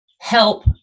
help